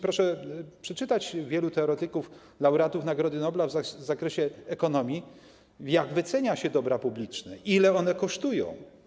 Proszę przeczytać, jak wielu teoretyków, laureatów Nagrody Nobla w zakresie ekonomii wycenia dobra publiczne, ile one kosztują.